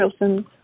Wilson